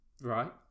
Right